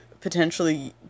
potentially